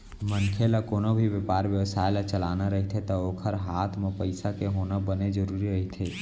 मनखे ल कोनो भी बेपार बेवसाय ल चलाना रहिथे ता ओखर हात म पइसा के होना बने जरुरी रहिथे